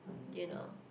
you know